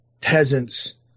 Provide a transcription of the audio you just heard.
peasants